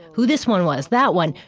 who this one was, that one,